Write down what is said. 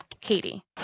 Katie